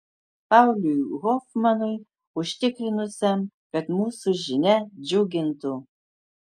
pauliui hofmanui užtikrinusiam kad mūsų žinia džiugintų